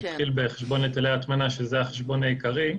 נתחיל בחשבון היטלי ההטמנה, שזה החשבון העיקרי.